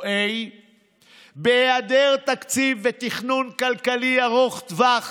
A. בהיעדר תקציב ותכנון כלכלי ארוך טווח